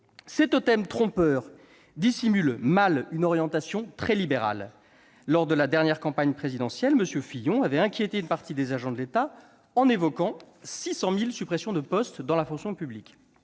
Ces totems trompeurs dissimulent mal une orientation très libérale. Lors de la dernière campagne présidentielle, M. Fillon avait inquiété une partie des agents de l'État en évoquant 600 000 suppressions de postes dans la fonction publique.